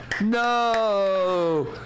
No